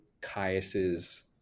Caius's